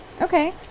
Okay